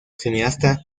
cineasta